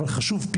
אבל חשובות,